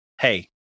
hey